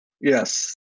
Yes